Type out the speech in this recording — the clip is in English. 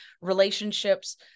relationships